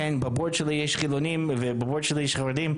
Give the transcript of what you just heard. כן בבית שלי יש חילונים ובבית שלי יש חרדים,